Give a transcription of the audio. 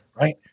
Right